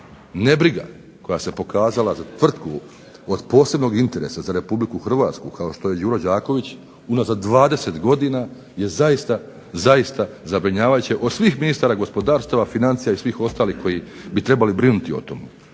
nebriga koja se pokazala za tvrtku od posebnog interesa za Republiku Hrvatsku kao što je Đuro Đaković unazad 20 godina je zaista, zaista zabrinjavajuće, od svih ministara gospodarstava, financija, i svih ostalih koji bi trebali brinuti o tomu.